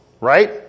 right